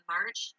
March